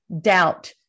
Doubt